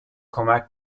کمک